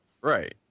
Right